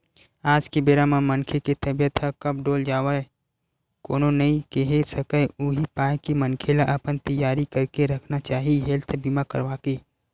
आज के बेरा म मनखे के तबीयत ह कब डोल जावय कोनो नइ केहे सकय उही पाय के मनखे ल अपन तियारी करके रखना चाही हेल्थ बीमा करवाके